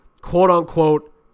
quote-unquote